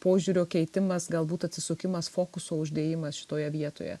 požiūrio keitimas galbūt atsisukimas fokuso uždėjimas šitoje vietoje